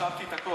רשמתי הכול.